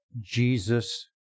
Jesus